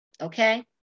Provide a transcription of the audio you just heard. okay